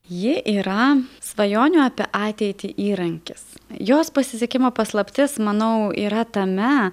ji yra svajonių apie ateitį įrankis jos pasisekimo paslaptis manau yra tame